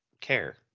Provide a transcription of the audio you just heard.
care